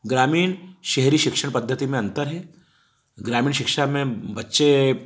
ग्रामीण शहरी शिक्षण पद्धति में अंतर है ग्रामीण शिक्षा में बच्चे